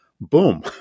boom